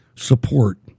Support